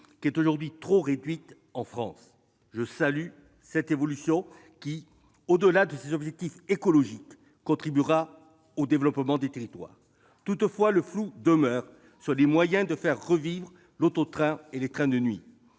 qui est aujourd'hui trop réduite en France. Je salue cette évolution qui, au-delà de ses objectifs écologiques, contribuera au développement des territoires. Toutefois, le flou demeure sur les moyens de faire revivre l'auto-train et les trains de nuit.